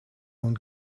own